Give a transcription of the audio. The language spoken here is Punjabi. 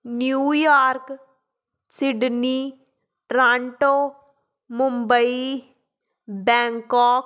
New York Sydney Toronto Mumbai Bangkok